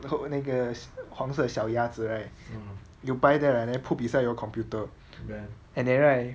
hope 那个黄色小鸭子 right you buy there and then put beside your computer and then right